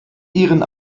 ihren